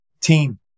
Team